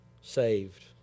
saved